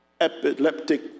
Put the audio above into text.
epileptic